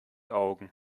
augen